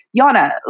Yana